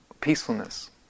peacefulness